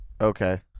Okay